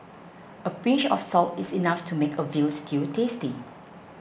a pinch of salt is enough to make a Veal Stew tasty